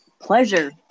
pleasure